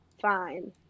Fine